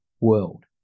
world